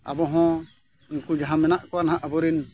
ᱟᱵᱚᱦᱚᱸ ᱩᱱᱠᱩ ᱡᱟᱦᱟᱸ ᱢᱮᱱᱟᱜ ᱠᱚᱣᱟ ᱱᱟᱦᱟᱜ ᱟᱵᱚᱨᱮᱱ